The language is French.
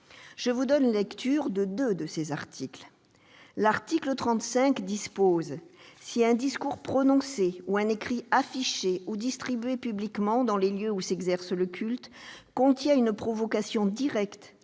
je vous donne lecture de deux de ses articles. L'article 35 dispose que « si un discours prononcé ou un écrit affiché ou distribué publiquement dans les lieux où s'exerce le culte, contient une provocation directe